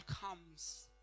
comes